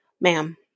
ma'am